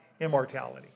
immortality